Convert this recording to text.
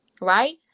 Right